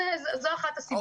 זו אחת הסיבות.